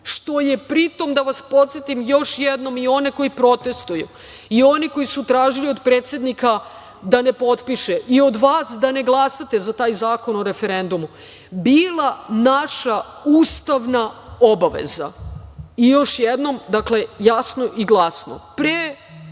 što je, pritom, da vas podsetim još jednom i one koji protestuju, i oni koji su tražili od predsednika da ne potpiše i od vas da ne glasate za taj Zakon o referendumu, bila naša ustavna obaveza.I još jednom, dakle, jasno i glasno, pre